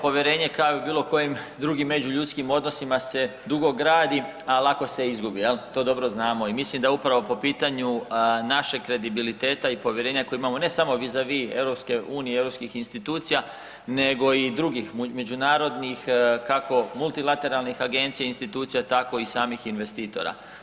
Povjerenje kao i u bilo kojim drugim međuljudskim odnosima se dugo gradi, al lako se izgubi, jel, to dobro znamo i mislim da upravo po pitanju našeg kredibiliteta i povjerenja kojeg imamo, ne samo vizavi EU i europskih institucija nego i drugih međunarodnih, kako multilateralnih agencija i institucija tako i samih investitora.